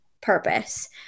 purpose